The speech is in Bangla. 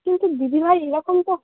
কিন্তু দিদিভাই এরকম তো